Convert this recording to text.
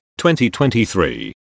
2023